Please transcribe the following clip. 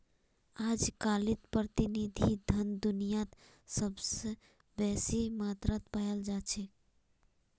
अजकालित प्रतिनिधि धन दुनियात सबस बेसी मात्रात पायाल जा छेक